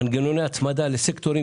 כנראה שמנגנוני ההצמדה שנכונים לסקטורים